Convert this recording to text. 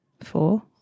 Four